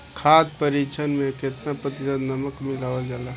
खाद्य परिक्षण में केतना प्रतिशत नमक मिलावल जाला?